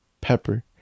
pepper